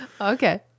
Okay